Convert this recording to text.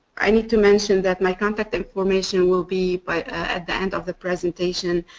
i need to mention that my contact information will be but at the end of the presentation